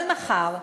אבל מחר,